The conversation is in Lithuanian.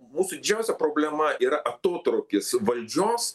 mūsų didžiausia problema yra atotrūkis valdžios